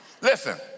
listen